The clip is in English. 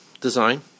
design